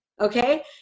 Okay